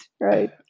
right